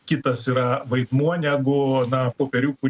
kitas yra vaidmuo negu na popieriukų